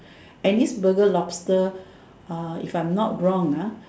and this Burger lobster uh if I am not wrong ah